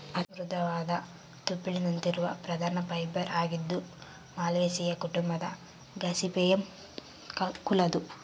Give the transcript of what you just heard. ಹತ್ತಿ ಮೃದುವಾದ ತುಪ್ಪುಳಿನಂತಿರುವ ಪ್ರಧಾನ ಫೈಬರ್ ಆಗಿದ್ದು ಮಾಲ್ವೇಸಿಯೇ ಕುಟುಂಬದ ಗಾಸಿಪಿಯಮ್ ಕುಲದ್ದು